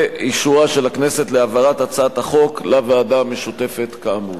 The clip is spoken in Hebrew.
ואת אישורה של הכנסת להעברת הצעת החוק לוועדה המשותפת כאמור.